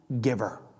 giver